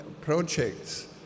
projects